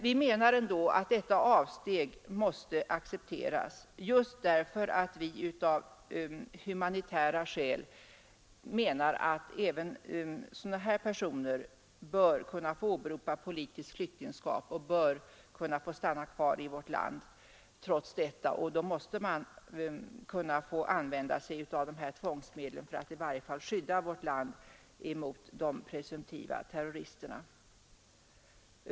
Vi menar emellertid att detta avsteg måste accepteras just därför att vi av humanitära skäl anser att presumtiva terrorister bör kunna få åberopa politiskt flyktingskap och stanna kvar i vårt land trots detta. Och då måste man kunna få använda sig av tvångsmedlen för att i varje fall skydda vårt land mot dessa.